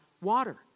water